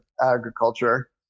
agriculture